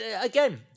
again